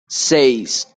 seis